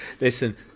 listen